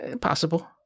Possible